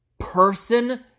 person